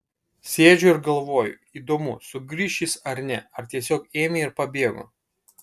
sėdžiu ir galvoju įdomu sugrįš jis ar ne ar tiesiog ėmė ir pabėgo